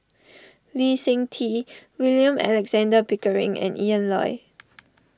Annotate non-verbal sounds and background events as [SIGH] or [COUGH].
Lee Seng Tee William Alexander Pickering and Ian Loy [NOISE]